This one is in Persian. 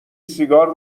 سیگار